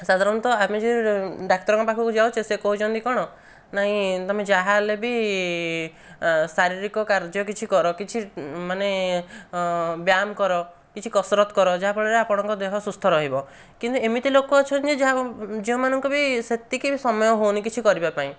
ସାଧାରଣତଃ ଆମେ ଯେଉଁ ଡାକ୍ତରଙ୍କ ପାଖକୁ ଯାଉଛେ ସେ କହୁଛନ୍ତି କ'ଣ ନାଇଁ ତୁମେ ଯାହାହେଲେ ବି ଶାରୀରିକ କାର୍ଯ୍ୟ କିଛି କର କିଛି ମାନେ ବ୍ୟାୟାମ କର କିଛି କସରତ କର ଯାହାଫଳରେ ଆପଣଙ୍କ ଦେହ ସୁସ୍ଥ ରହିବ କିନ୍ତୁ ଏମିତି ଲୋକ ଅଛନ୍ତି ଯାହା ଯେଉଁମାନଙ୍କୁ ବି ସେତିକି ବି ସମୟ ହୁଏନି କିଛି କରିବାପାଇଁ